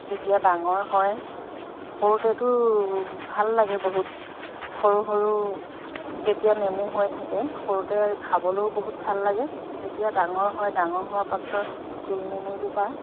যেতিয়া ডাঙৰ হয় সৰুতেতো ভাল লাগে বহুত সৰু সৰু যেতিয়া নেমু হৈ থাকে সৰুতে খাবলৈও বহুত ভাল লাগে যেতিয়া ডাঙৰ হয় ডাঙৰ হোৱাৰ পাছত গোল নেমুজোপা